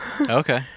Okay